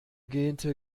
gähnte